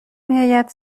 میآید